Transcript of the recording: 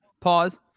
Pause